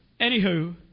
Anywho